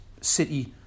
City